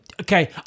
Okay